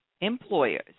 employers